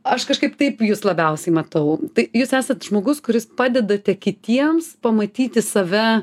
aš kažkaip taip jus labiausiai matau tai jūs esat žmogus kuris padedate kitiems pamatyti save